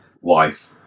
wife